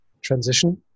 transition